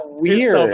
weird